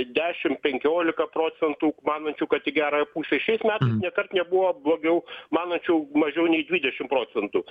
dešim penkiolika procentų manančių kad į gerąją pusę šiais metais nė kart nebuvo blogiau manančių mažiau nei dvidešim procentų